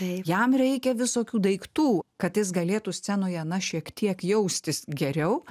jam reikia visokių daiktų kad jis galėtų scenoje na šiek tiek jaustis geriau